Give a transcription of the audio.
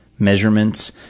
measurements